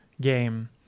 game